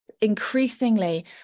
increasingly